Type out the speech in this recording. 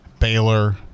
Baylor